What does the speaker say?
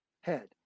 head